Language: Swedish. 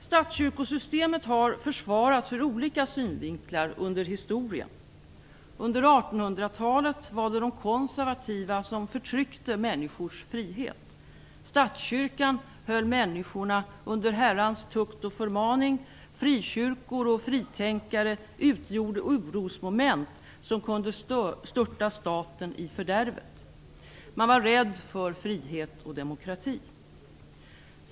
Statskyrkosystemet har försvarats ur olika synvinklar under historien. Under 1800-talet var det de konservativa som förtryckte människors frihet. Statskyrkan höll människorna i Herrans tukt och förmaning. Frikyrkor och fritänkare utgjorde orosmoment som kunde störta staten i fördärvet. Man var rädd för frihet och demokrati.